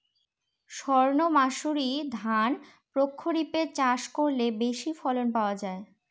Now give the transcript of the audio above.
সর্ণমাসুরি ধান প্রক্ষরিপে চাষ করলে বেশি ফলন পাওয়া যায়?